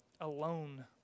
alone